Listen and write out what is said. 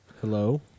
Hello